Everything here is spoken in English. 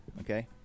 Okay